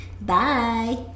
Bye